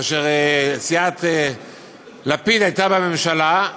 כאשר סיעת לפיד הייתה בממשלה,